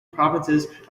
provinces